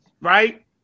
right